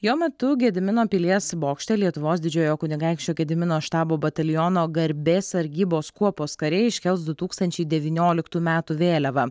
jo metu gedimino pilies bokšte lietuvos didžiojo kunigaikščio gedimino štabo bataliono garbės sargybos kuopos kariai iškels du tūkstančiai devynioliktų metų vėliavą